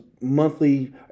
monthly